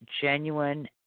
genuine